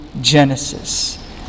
Genesis